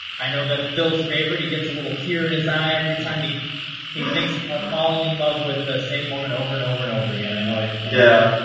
i know that's bill's favorite. he gets a little tear in his eye every time he he thinks about ah falling in love with the same woman over and over and over again. i know yeah.